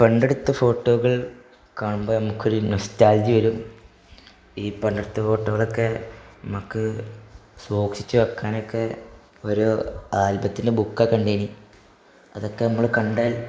പണ്ടെടുത്ത ഫോട്ടോകൾ കാണുമ്പോൾ നമ്മൾക്ക് ഒരു നൊസ്റ്റാൾജിയ വരും ഈ പണ്ടത്തെ ഫോട്ടോകളൊക്കെ നമുക്ക് സൂക്ഷിച്ച് വയ്ക്കാനൊക്കെ ഒരു ആൽബത്തിന് ബുക്കൊക്കെ ഇണ്ടേനി അതൊക്കെ നമ്മൾ കണ്ടാൽ